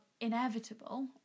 inevitable